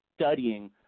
studying